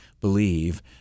believe